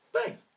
Thanks